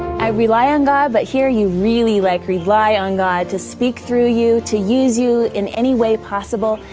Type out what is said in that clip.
i rely on god, but here you really like rely on god to speak through you, to use you in any way possible.